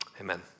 Amen